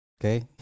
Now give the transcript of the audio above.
Okay